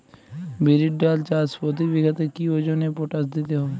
বিরির ডাল চাষ প্রতি বিঘাতে কি ওজনে পটাশ দিতে হবে?